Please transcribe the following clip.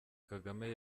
kagame